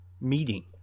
meeting